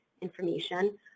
information